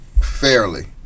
fairly